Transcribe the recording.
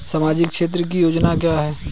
सामाजिक क्षेत्र की योजना क्या है?